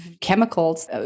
chemicals